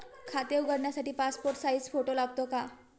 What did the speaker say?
खाते उघडण्यासाठी passport size photo लागतो का?